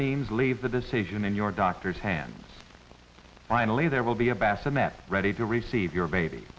means leave the decision in your doctor's hands finally there will be a bass i met ready to receive your baby